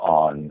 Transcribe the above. on